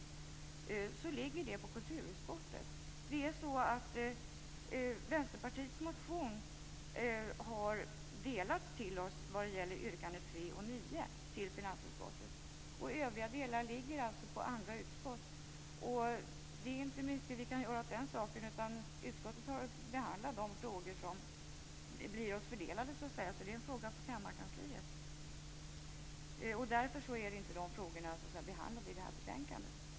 Det ligger dock på kulturutskottet. Vänsterpartiets motion har delats till oss på finansutskottet vad gäller yrkandena 3 och 9. Övriga delar ligger på andra utskott. Det är inte mycket vi kan göra åt den saken. Utskottet har att behandla de frågor som blir oss fördelade. Det är en fråga för kammarkansliet. Därför är inte de frågorna behandlade i det här betänkandet.